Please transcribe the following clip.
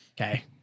Okay